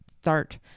start